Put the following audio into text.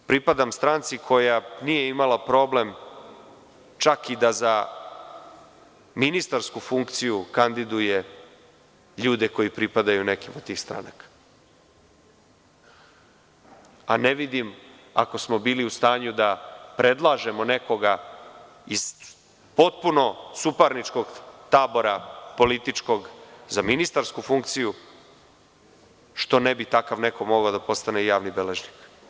Pripadam stranci koja nije imala problem čak i da za ministarsku funkciju kandiduje ljude koji pripadaju nekim od tih stranaka, a ne vidim, ako smo bili u stanju da predlažemo nekoga iz potpuno suparničkog političkog tabora za ministarsku funkciju, što ne bi takav neko mogao da postane javni beležnik?